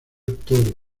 toro